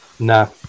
No